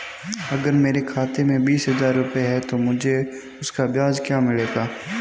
अगर मेरे खाते में बीस हज़ार रुपये हैं तो मुझे उसका ब्याज क्या मिलेगा?